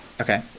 Okay